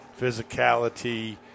physicality